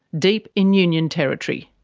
deep in union territory.